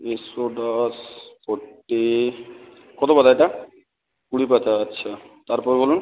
Exodus forty কত পাতা এটা কুড়ি পাতা আচ্ছা তারপর বলুন